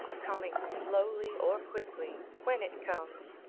coming slowly or quickly, when it comes,